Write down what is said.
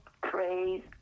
praise